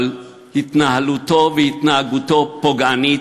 אבל התנהלותו והתנהגותו פוגעניות,